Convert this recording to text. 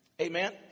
Amen